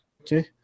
okay